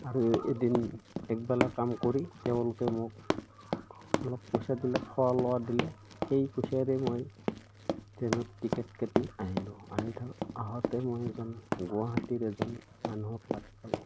আৰু এদিন একবেলা কাম কৰি তেওঁলোকে মোক অলপ পইচা দিলে খোৱা লোৱা দিলে সেই পইচাৰে মই ট্ৰেইনত টিকেট কাটি আহিলোঁ আহি আহোঁতে মই এজন গুৱাহাটীৰে এজন মানুহক লগ পালোঁ